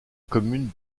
commune